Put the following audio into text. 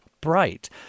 bright